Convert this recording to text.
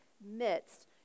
midst